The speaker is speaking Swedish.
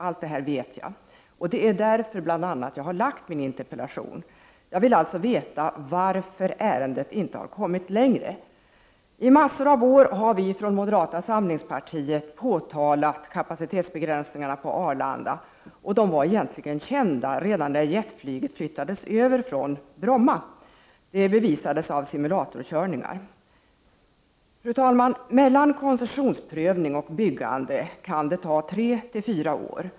Allt detta vet jag, och det är bl.a. därför jag framställt min interpellation. Jag vill alltså veta varför ärendet inte kommit längre. Under massor av år har vi från moderata samlingspartiets sida påtalat kapacitetsbegränsningarna på Arlanda. Dessa var egentligen kända redan när jetflyget flyttades över från Bromma. Det bevisades av simulatorkörningar. Fru talman! Mellan koncenssionsprövning och byggande kan det gå tre till fyra år.